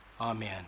amen